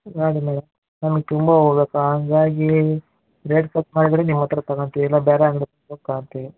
ನೋಡಿ ಮೇಡಮ್ ನಮಗ್ ತುಂಬ ಹೂ ಬೇಕು ಹಂಗಾಗಿ ರೇಟ್ ಕಮ್ಮಿ ಮಾಡಿದರೆ ನಿಮ್ಮ ಹತ್ರ ತಗೊಂತೀವಿ ಇಲ್ಲ ಬೇರೆ ಅಂಗ್ಡಿಗೆ ತಗೊಂತೀವಿ